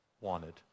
wanted